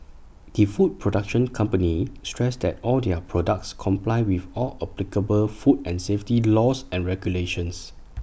the food production company stressed that all their products comply with all applicable food and safety laws and regulations